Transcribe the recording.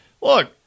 look